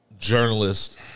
Journalist